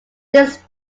this